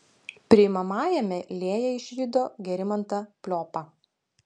priimamajame lėja išvydo gerimantą pliopą